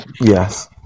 yes